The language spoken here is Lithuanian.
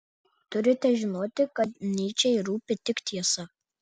turite žinoti kad nyčei rūpi tik tiesa